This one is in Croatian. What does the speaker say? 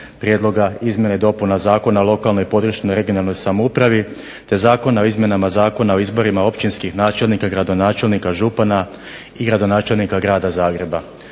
prijedloga izmjena i dopuna Zakona o lokalnoj i područnoj (regionalnoj) samoupravi te Zakona o izmjenama Zakona o izborima općinskih načelnika, gradonačelnika, župana i gradonačelnika Grada Zagreba.